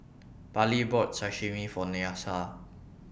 Parlee bought Sashimi For Nyasia